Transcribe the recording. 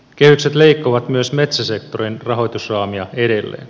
kehykset leikkaavat myös metsäsektorin rahoitusraamia edelleen